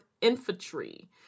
Infantry